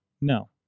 No